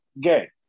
gay